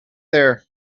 there